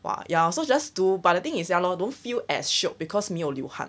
!wah! ya lor so just do but the thing is ya lor don't feel as shiok because 没有流汗